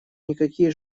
никакие